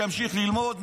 שימשיך ללמוד,